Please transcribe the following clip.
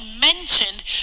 mentioned